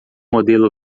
modelo